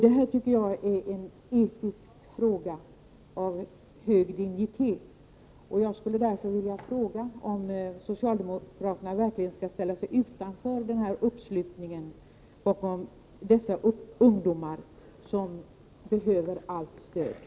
Det här tycker jag är en etisk fråga av hög dignitet, och jag skulle därför vilja fråga om socialdemokraterna verkligen skall ställa sig utanför denna uppslutning bakom dessa ungdomar, som behöver allt stöd.